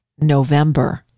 November